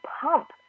pump